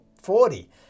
forty